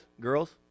girls